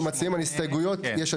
על סעיף 59 אין הסתייגויות.